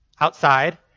Outside